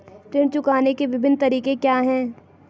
ऋण चुकाने के विभिन्न तरीके क्या हैं?